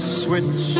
switch